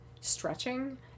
stretching